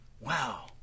wow